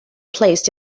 placed